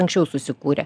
anksčiau susikūrė